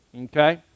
okay